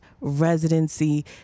residency